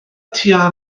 tua